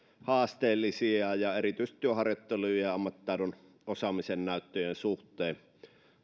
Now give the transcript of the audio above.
haasteellisia erityisesti työharjoittelun ja ja ammattitaidon osaamisen näyttöjen suhteen